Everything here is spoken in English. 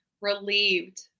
relieved